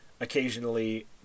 occasionally